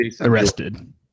arrested